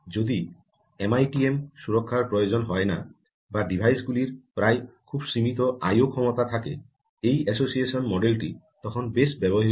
যদি এমআইটিএম সুরক্ষার প্রয়োজন হয় না বা ডিভাইস গুলির প্রায় খুব সীমিত আই ও IOক্ষমতা থাকে এই অ্যাসোসিয়েশন মডেলটি তখন বেশ ব্যবহৃত হয়